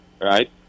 right